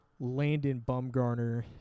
LandonBumgarner